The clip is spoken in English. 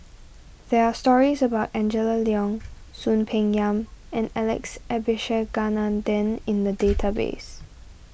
there are stories about Angela Liong Soon Peng Yam and Alex Abisheganaden in the database